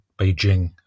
Beijing